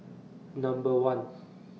Number one